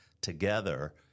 together